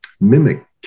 mimic